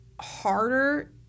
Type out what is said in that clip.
harder